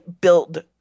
build